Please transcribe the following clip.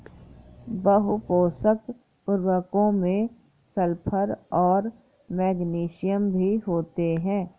बहुपोषक उर्वरकों में सल्फर और मैग्नीशियम भी होते हैं